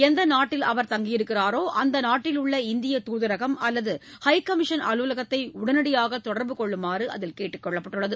எந்த நாட்டில் அவர் தங்கியிருக்கிறாரோ அந்த நாட்டிலுள்ள இந்திய தூதரகம் அல்லது ஹை கமிஷன் அலுவலகத்தை உடனடியாக தொடர்பு கொள்ளுமாறு அதில் கேட்டுக் கொள்ளப்பட்டுள்ளது